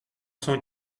cent